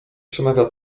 przemawia